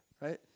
right